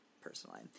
personally